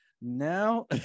now